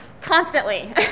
Constantly